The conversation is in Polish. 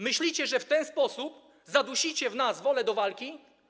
Myślicie, że w ten sposób zadusicie w nas wolę do walki.